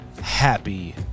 happy